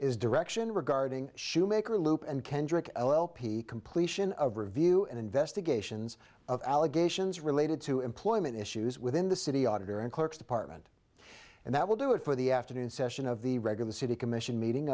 is direction regarding schumaker loop and kendrick l l p completion of review and investigations of allegations related to employment issues within the city auditor and clerks department and that will do it for the afternoon session of the regular city commission meeting